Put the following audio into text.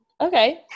Okay